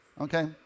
Okay